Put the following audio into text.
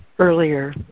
earlier